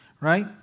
Right